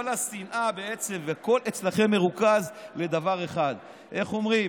כל השנאה בעצם אצלכם מרוכזת בדבר אחד, איך אומרים,